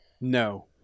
no